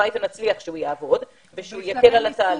הלוואי ונצליח שהוא יעבוד ושהוא יקל על התהליך.